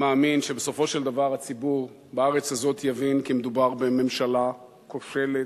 מאמין שבסופו של דבר הציבור בארץ הזאת יבין כי מדובר בממשלה כושלת,